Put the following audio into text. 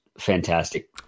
Fantastic